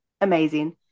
amazing